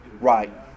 Right